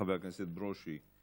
חבר הכנסת ברושי,